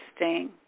interesting